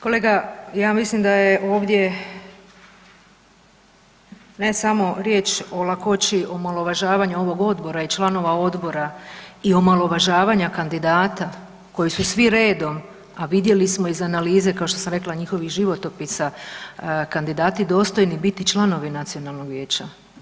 Kolega, ja mislim da je ovdje ne samo riječ o lakoći omalovažavanja ovog odbora i članova odbora i omalovažavanja kandidata koji su svi redom, a vidjeli smo iz analize kao što sam rekla njihovih životopisa, kandidati dostojni biti članovi nacionalnog vijeća.